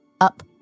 up